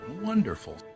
Wonderful